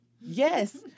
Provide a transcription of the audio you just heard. Yes